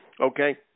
okay